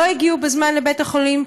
שלא הגיעו בזמן לבית-החולים,